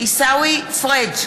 פריג'